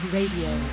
Radio